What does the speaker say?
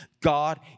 God